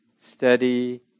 steady